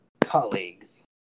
Colleagues